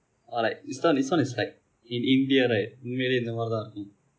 or like this one this one is like in India right உன்மையிலே இப்படி தான் இருக்கும்:unmaiyile ippadi thaan irukkum